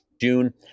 June